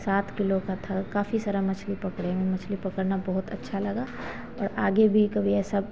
सात किलो की थी काफ़ी सारी मछली पकड़े हमें मछली पकड़ना बहुत अच्छा लगा और आगे भी कभी ऐसा